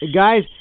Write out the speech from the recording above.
guys